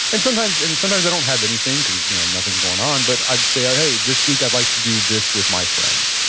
and sometimes sometimes i don't have anything, cause you know nothing's going on. but i'd say, hey, this week i'd like to do this with my friends.